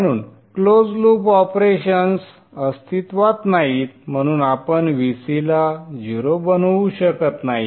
म्हणून close loop operations अस्तित्वात नाहीत म्हणून आपण Vc ला 0 बनवू शकत नाही